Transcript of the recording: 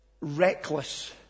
reckless